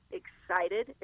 excited